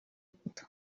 potter